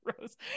Rose